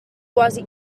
quasi